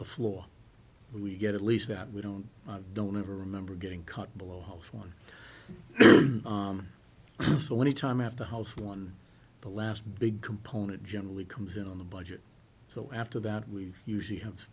the floor we get at least that we don't i don't ever remember getting cut below one so any time at the house one the last big component generally comes in on the budget so after that we usually have